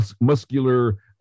muscular